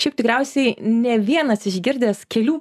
šiaip tikriausiai ne vienas išgirdęs kelių